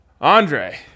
andre